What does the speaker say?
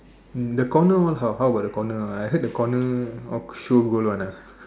um the corner one how how about the corner one I heard the corner hold on ah